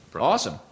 Awesome